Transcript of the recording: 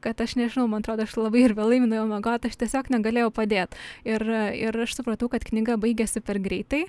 kad aš nežinau man atrodo aš labai ir vėlai nuėjau miegot aš tiesiog negalėjau padėt ir ir aš supratau kad knyga baigiasi per greitai